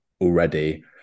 already